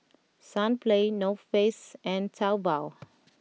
Sunplay North Face and Taobao